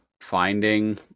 finding